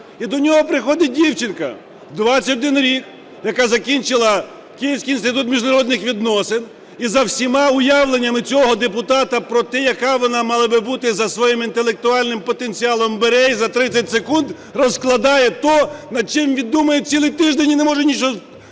і до нього приходить дівчинка, 21 рік, яка закінчила Київський інститут міжнародних відносин, і за всіма уявленнями цього депутата про те, яка вона мала бути за своїм інтелектуальним потенціалом, бере і за 30 секунд розкладає те, над чим він думає цілий тиждень і не може нічого